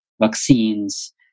vaccines